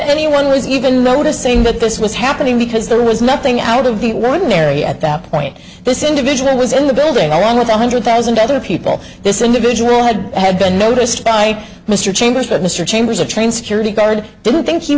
anyone was even noticing that this was happening because there was nothing out of the london area at that point this individual was in the building along with a hundred thousand other people this individual had had been noticed by mr chambers that mr chambers a trained security guard didn't think he